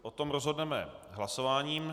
O tom rozhodneme hlasováním.